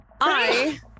I-